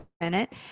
minute